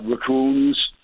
raccoons